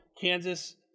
Kansas